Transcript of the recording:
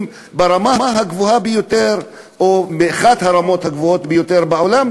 ברמה הגבוהה ביותר או באחת הרמות הגבוהות ביותר בעולם,